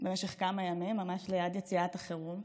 במשך כמה ימים, ממש ליד יציאת החירום,